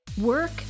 Work